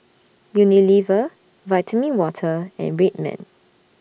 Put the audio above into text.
Unilever Vitamin Water and Red Man